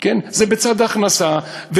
זה בצד ההכנסה.